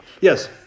Yes